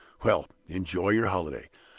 well! enjoy your holiday.